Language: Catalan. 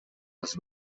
les